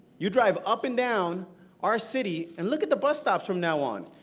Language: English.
you drive up and down our city and look at the bus stops from now on.